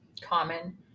common